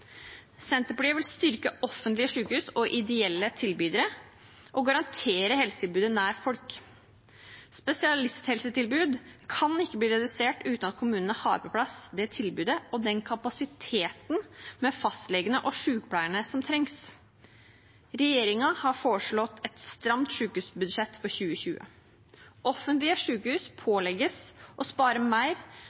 Senterpartiet vil styrke offentlige sykehus og ideelle tilbydere og garantere helsetilbudet nær folk. Spesialisthelsetilbud kan ikke bli redusert uten at kommunene har på plass det tilbudet og den kapasiteten med fastlegene og sykepleierne som trengs. Regjeringen har foreslått et stramt sykehusbudsjett for 2020. Offentlige sykehus pålegges å spare mer